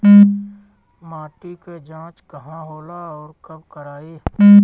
माटी क जांच कहाँ होला अउर कब कराई?